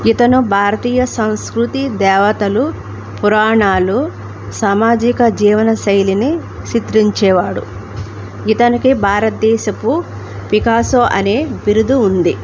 ఇతను భారతీయ సంస్కృతి దేవతలు పురాణాలు సామాజిక జీవనశైలిని చిత్రించేవాడు ఇతనికి భారతదేశపు పికాసో అనే బిరుదు ఉంది